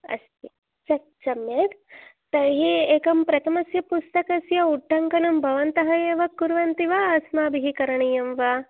अस्ति स सम्यक् तर्हि एकं प्रथमस्य पुस्तकस्य उट्टङ्कनं भवन्तः एव कुर्वन्ति वा अस्माभिः करणीयं वा